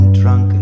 drunk